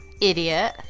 Idiot